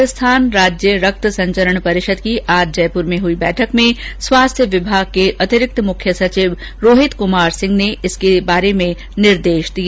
राजस्थान राज्य रक्त संचरण परिषद की आज जयपुर में हुई बैठक में स्वास्थ्य विभाग के अतिरिक्त मुख्य सचिव रोहित कुमार सिंह ने इसके संबंध में निर्देश दिए